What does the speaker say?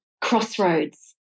crossroads